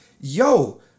yo